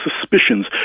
suspicions